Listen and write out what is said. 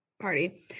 party